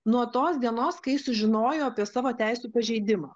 nuo tos dienos kai sužinojo apie savo teisių pažeidimą